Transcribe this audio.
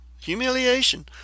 humiliation